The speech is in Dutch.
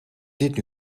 dit